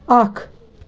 اَکھ